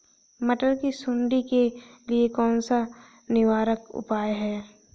मटर की सुंडी के लिए कौन सा निवारक उपाय है?